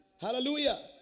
Hallelujah